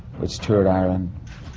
which toured ireland.